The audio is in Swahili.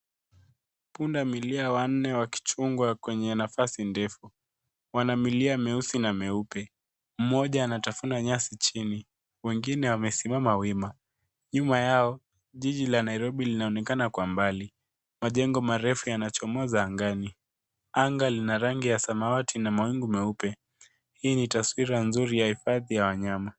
Pundamilia wanne wakichungwa kwenye nafasi ndefu. Wana milia mieusi na meupe. Mmoja anatafuna nyasi chini wengine wamesimama wima. Nyuma yao, jiji la Nairobi linaonekana kwa mbali. Majengo marefu yanachomoza angani. Anga lina rangi ya samawati na mawingu meupe. Hii ni taswira nzuri ya hifadhi ya wanyama.